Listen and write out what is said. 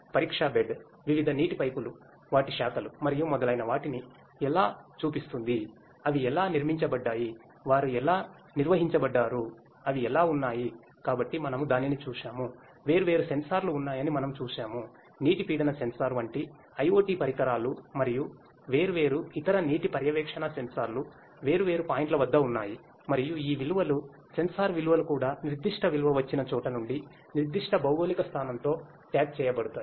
పరీక్ష బెడ్ విలువలు కూడా నిర్దిష్ట విలువవచ్చినచోట నుండి నిర్దిష్ట భౌగోళిక స్థానంతో ట్యాగ్ చేయబడతాయి